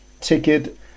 ticket